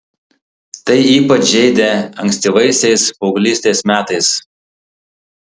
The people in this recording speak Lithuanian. tai ypač žeidė ankstyvaisiais paauglystės metais